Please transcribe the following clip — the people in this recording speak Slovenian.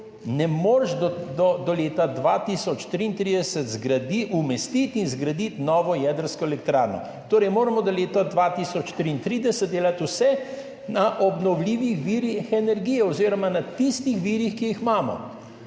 Ne moreš do leta 2033 umestiti in zgraditi nove jedrske elektrarne, torej moramo do leta 2033 delati vse na obnovljivih virih energije oziroma na tistih virih, ki jih imamo.